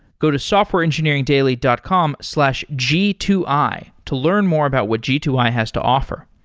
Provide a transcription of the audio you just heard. go to softwareengineeringdaily dot com slash g two i to learn more about what g two i has to offer.